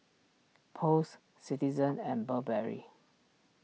Post Citizen and Burberry